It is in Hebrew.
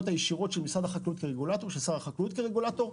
הישירות של משרד החקלאות ושר החקלאות כרגולטור.